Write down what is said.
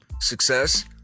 success